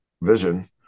vision